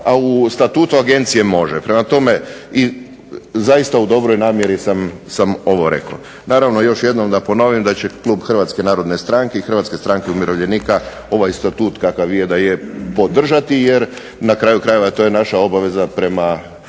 a u Statutu Agencije može, prema tome, zaista u dobroj namjeri sam ovo rekao. Naravno još jednom da ponovim da će Klub Hrvatske narodne stranke i Hrvatske stranke umirovljenika ovaj Statut kakav je da je podržati, jer na kraju krajeva to je naša obveza kao